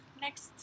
Next